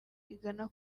igana